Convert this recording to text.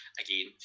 again